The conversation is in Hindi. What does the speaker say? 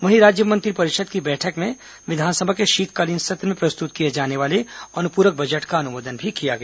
वहीं राज्य मंत्रिपरिषद की बैठक में विधानसभा के शीतकालीन सत्र में प्रस्तुत किए जाने वाले अनुपूरक बजट का अनुमोदन भी किया गया